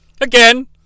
Again